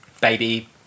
Baby